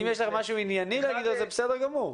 אם יש לך לומר משהו ענייני, זה בסדר גמור.